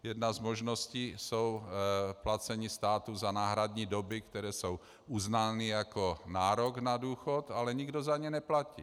Jedna z možností jsou placení státu za náhradní doby, které jsou uznány jako nárok na důchod, ale nikdo za ně neplatí.